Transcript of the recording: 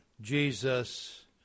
Jesus